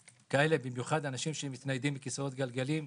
במיוחד אנשים שמתניידים בכיסאות גלגלים,